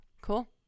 cool